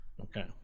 Okay